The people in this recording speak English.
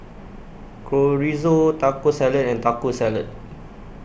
Chorizo Taco Salad and Taco Salad